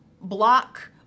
block